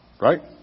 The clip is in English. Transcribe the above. right